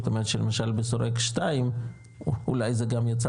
זאת אומרת שלמשל בסורק 2 אולי זה גם יצא